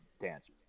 dance